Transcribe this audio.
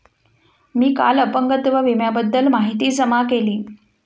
मी काल अपंगत्व विम्याबद्दल माहिती जमा केली